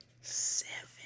seven